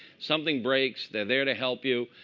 something breaks, they're there to help you.